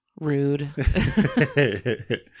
Rude